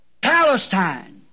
Palestine